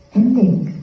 ending